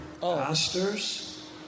pastors